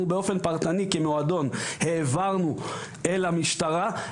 באופן פרטני כמועדון העברנו אל המשטרה,